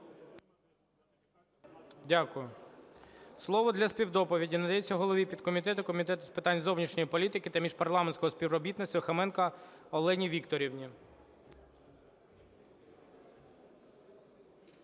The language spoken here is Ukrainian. Дякую. Слово для співдоповіді надається голові підкомітету Комітету з питань зовнішньої політики та міжпарламентського співробітництва Хоменко Олені Вікторівні.